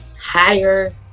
higher